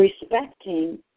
respecting